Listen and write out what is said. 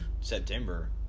September